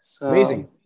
Amazing